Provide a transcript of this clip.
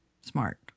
smart